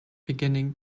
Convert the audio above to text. beginning